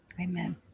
Amen